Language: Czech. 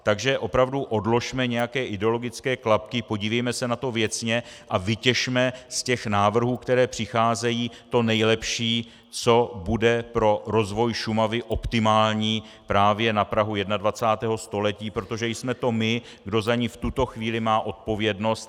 Takže opravdu odložme nějaké ideologické klapky, podívejme se na to věcně a vytěžme z těch návrhů, které přicházejí, to nejlepší, co bude pro rozvoj Šumavy optimální právě na prahu 21. století, protože jsme to my, kdo za ni v tuto chvíli má odpovědnost.